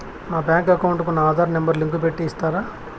నా bank account కు నా ఆధార్ నెంబర్ లింకు పెట్టి ఇస్తారా?